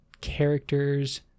characters